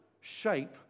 shape